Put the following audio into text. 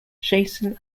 jason